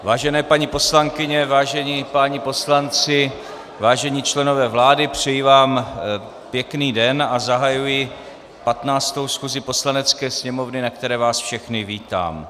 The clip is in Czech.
Vážené paní poslankyně, vážení páni poslanci, vážení členové vlády, přeji vám pěkný den a zahajuji 15. schůzi Poslanecké sněmovny, na které vás všechny vítám.